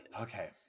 Okay